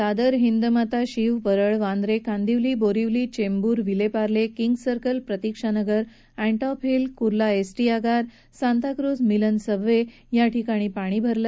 Dadar Hindmata Shiv Parel Vandre Kandivali Borivali Chembur Vileparle Kings Circle Pratikshanagar Antop Hill Kurla ST आगार Santacruz Milan subway आदी ठिकाणी पाणी भरलं